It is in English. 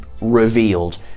revealed